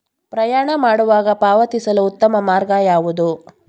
ಪ್ರಯಾಣ ಮಾಡುವಾಗ ಪಾವತಿಸಲು ಉತ್ತಮ ಮಾರ್ಗ ಯಾವುದು?